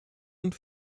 und